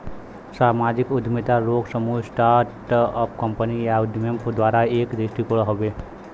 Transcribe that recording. सामाजिक उद्यमिता लोग, समूह, स्टार्ट अप कंपनी या उद्यमियन द्वारा एक दृष्टिकोण हउवे